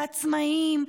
עצמאים,